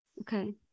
okay